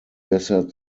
besser